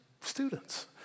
students